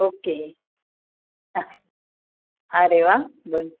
okay आरे वा